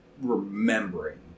remembering